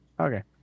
Okay